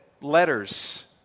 letters